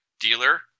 dealer